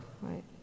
Right